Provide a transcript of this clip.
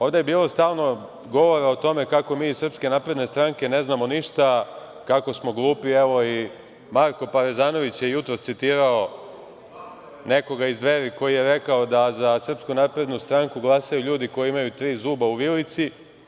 Ovde je bilo stalno govora o tome kako mi iz Srpske napredne stranke ne znamo ništa, kako smo glupi, evo i Marko Parezanović je jutros citirao nekoga iz Dveri koji je rekao da za Srpsku naprednu stranku glasaju ljudi koji imaju tri zuba u vilici.